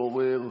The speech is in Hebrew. פורר,